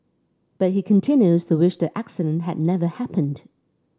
but he continues to wish the accident had never happened